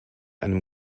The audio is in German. einem